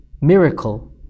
miracle